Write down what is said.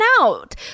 out